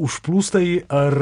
užplūsta jį ar